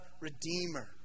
Redeemer